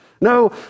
no